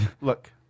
Look